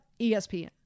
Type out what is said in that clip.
ESPN